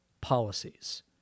policies